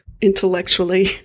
intellectually